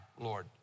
Lord